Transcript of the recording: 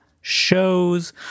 shows